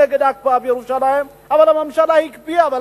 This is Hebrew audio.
אבל הממשלה הקפיאה.